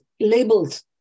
labels